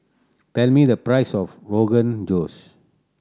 tell me the price of Rogan Josh